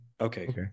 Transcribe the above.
Okay